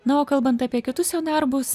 na o kalbant apie kitus darbus